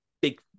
big